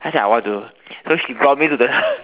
then I said I want to so she brought me to the